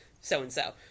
so-and-so